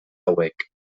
hauek